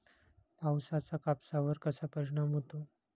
पावसाचा कापसावर कसा परिणाम होतो?